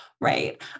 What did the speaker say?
right